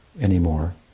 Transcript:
anymore